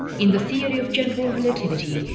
in the theory of general relativity,